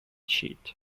sheet